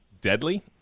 deadly